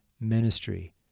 ministry